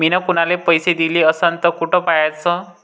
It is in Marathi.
मिन कुनाले पैसे दिले असन तर कुठ पाहाचं?